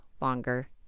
longer